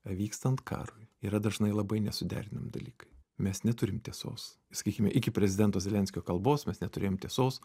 vykstant karui yra dažnai labai nesuderinami dalykai mes neturim tiesos sakykime iki prezidento zelenskio kalbos mes neturėjom tiesos